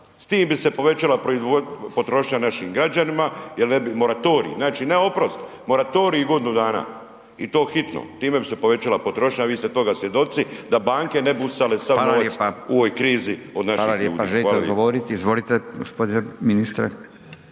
S tim bi se povećala potrošnja našim građanima jer ne bi, moratorij, znači ne oprost, moratorij godinu dana. I to hitno, time bi se povećala potrošnja, a vi ste toga svjedoci, da banke ne bi usisale sav novac u